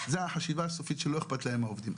זו החשיבה הסופית של איכפת להם מהעובדים.